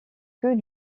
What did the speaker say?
que